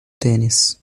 tênis